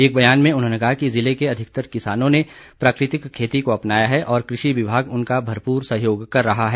एक बयान में उन्होंने कहा कि ज़िले के अधिकतर किसानों ने प्राकृतिक खेती को अपनाया है और कृषि विभाग उनका भरपूर सहयोग कर रहा है